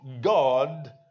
God